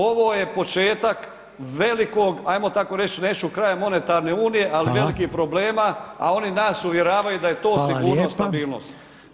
Ovo je početak velikog, ajmo tako reć, neću kraj monetarne unije, ali velikih problema, a oni nas uvjeravaju da je to sigurnost i stabilnost.